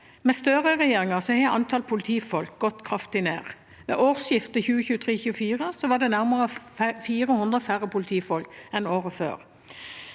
Med Støre-regjeringen har antallet politifolk gått kraftig ned. Ved årsskiftet 2023/2024 var det nærmere 400 færre politifolk enn året før.